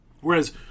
whereas